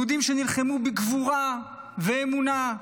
יהודים שנלחמו בגבורה ואמונה,